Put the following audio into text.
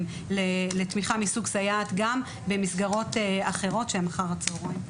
לתמיכה מסוג סייעת גם במסגרות אחרות שהן אחר הצהריים,